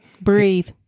Breathe